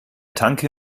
tanke